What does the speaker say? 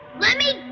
let me